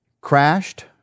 Crashed